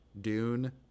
Dune